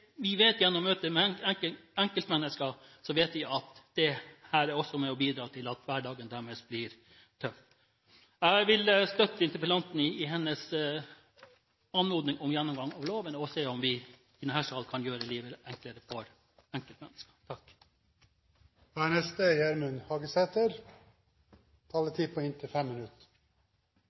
vi at dette også er med på å bidra til at hverdagen deres blir tøff. Jeg vil støtte interpellanten i hennes anmodning om en gjennomgang av loven, for å se om vi i denne salen kan gjøre livet enklere for enkeltmennesker. Eg synest det er